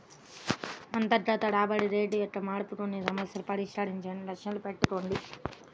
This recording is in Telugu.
అంతర్గత రాబడి రేటు యొక్క మార్పు కొన్ని సమస్యలను పరిష్కరించడం లక్ష్యంగా పెట్టుకుంది